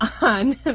on